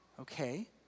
Okay